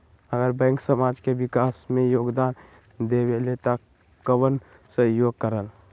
अगर बैंक समाज के विकास मे योगदान देबले त कबन सहयोग करल?